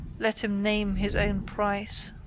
let him name his own price.